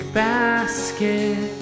basket